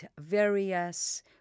various